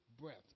breath